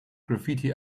graffiti